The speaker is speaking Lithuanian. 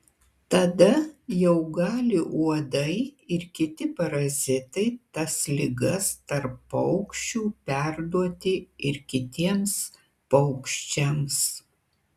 tada jau gali uodai ir kiti parazitai tas ligas tarp paukščių perduoti ir kitiems paukščiams